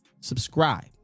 Subscribe